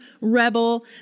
Rebel